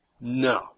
No